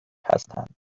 هستند